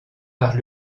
par